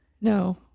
No